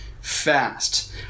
fast